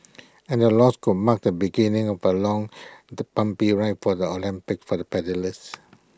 and the loss could mark the beginning of A long the bumpy ride for the Olympics for the paddlers